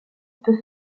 peut